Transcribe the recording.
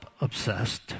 obsessed